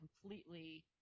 completely